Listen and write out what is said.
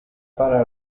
para